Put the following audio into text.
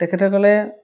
তেখেতসকলে